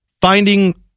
finding